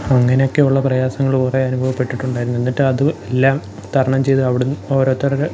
അങ്ങനെയൊക്കെയുള്ള പ്രയാസങ്ങള് കുറേ അനുഭവപ്പെട്ടിട്ടുണ്ടായിരുന്നു എന്നിട്ട് അത് എല്ലാം തരണം ചെയ്ത് അവിടുന്ന് ഓരോത്തരുടെ